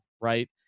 right